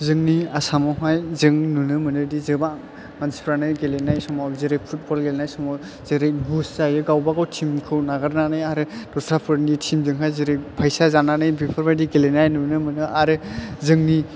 जोंनि आसामाव हाय जों नुनो मोनोदि जोबां मानसिफ्रानो गेलेनाय समाव जेरै फुथबल गेलेनाय समाव जेरै गुस जायो गाव बागाव थिमखौ नागारनानै आरो दस्राफोरनि थिमजोंहाय जेरै फैसा जानानै बेफोरबादि गेलेनाय नुनो मोनो आरो जोंनि